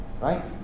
right